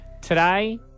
Today